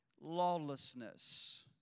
lawlessness